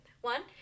One